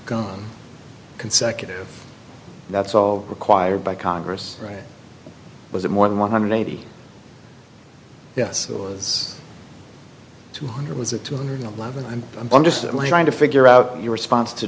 gone consecutive that's all required by congress right was it more than one hundred eighty yes it was two hundred was it two hundred eleven and i'm just like trying to figure out your response to